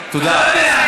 תודה.